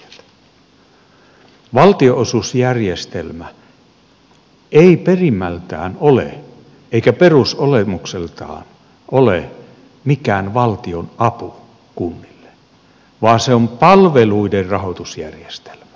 valtionosuusjärjestelmä ei perimmältään eikä perusolemukseltaan ole mikään valtion apu kunnille vaan se on palveluiden rahoitusjärjestelmä